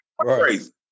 crazy